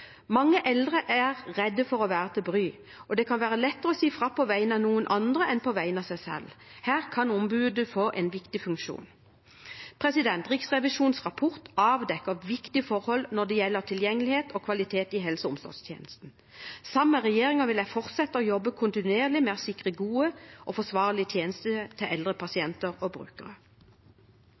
Mange eldre er redde for å være til bry, og det kan være lettere å si fra på vegne av noen andre enn på vegne av seg selv. Her kan ombudet få en viktig funksjon. Riksrevisjonens rapport avdekker viktige forhold når det gjelder tilgjengelighet og kvalitet i helse- og omsorgstjenesten. Sammen med regjeringen vil jeg fortsette å jobbe kontinuerlig med å sikre gode og forsvarlige tjenester til eldre pasienter og brukere.